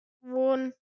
One